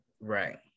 right